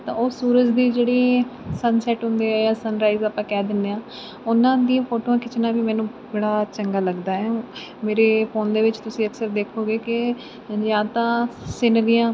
ਤਾਂ ਉਹ ਸੂਰਜ ਦੀ ਜਿਹੜੀ ਸੰਨਸੈਟ ਹੁੰਦੇ ਆ ਜਾਂ ਸਨਰਾਈਜ਼ ਆਪਾਂ ਕਹਿ ਦਿੰਦੇ ਹਾਂ ਉਹਨਾਂ ਦੀਆਂ ਫੋਟੋਆਂ ਖਿੱਚਣਾ ਵੀ ਮੈਨੂੰ ਬੜਾ ਚੰਗਾ ਲੱਗਦਾ ਹੈ ਮੇਰੇ ਫੋਨ ਦੇ ਵਿੱਚ ਤੁਸੀਂ ਅਕਸਰ ਦੇਖੋਗੇ ਕਿ ਜਾਂ ਤਾਂ ਸਿਨਰੀਆਂ